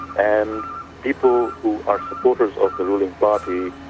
and people who are supporters of the ruling party